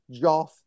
Joff